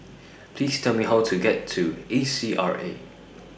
Please Tell Me How to get to A C R A